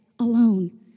alone